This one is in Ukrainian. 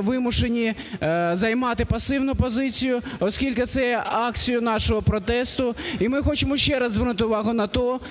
вимушені займати пасивну позицію, оскільки це є акцією нашого протесту, і ми хочемо ще раз звернути увагу